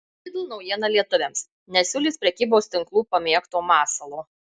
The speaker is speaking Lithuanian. lidl naujiena lietuviams nesiūlys prekybos tinklų pamėgto masalo